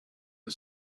the